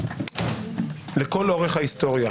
לכל אורך ההיסטוריה,